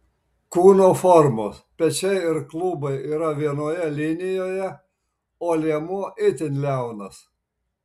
kūno formos pečiai ir klubai yra vienoje linijoje o liemuo itin liaunas